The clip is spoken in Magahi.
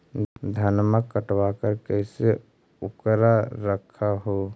धनमा कटबाकार कैसे उकरा रख हू?